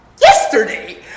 yesterday